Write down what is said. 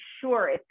sure